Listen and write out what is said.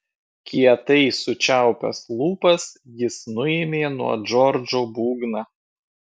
kietai sučiaupęs lūpas jis nuėmė nuo džordžo būgną